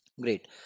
Great